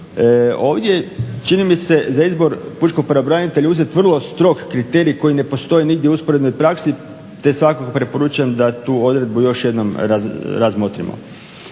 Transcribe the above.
Ovdje čini mi se za izbor pučkog pravobranitelja je uzet vrlo strog kriterij koji ne postoji nigdje u usporednoj praksi, te svakako preporučujem da tu odredbu još jednom razmotrimo.